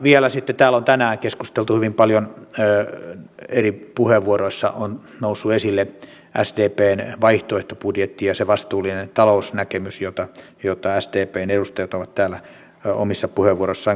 vielä sitten täällä on tänään hyvin paljon eri puheenvuoroissa noussut esille sdpn vaihtoehtobudjetti ja se vastuullinen talousnäkemys jota sdpn edustajat ovat täällä omissa puheenvuoroissaan korostaneet